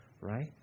right